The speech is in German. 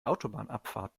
autobahnabfahrt